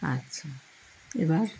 আচ্ছা এবার